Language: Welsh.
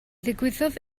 ddigwyddodd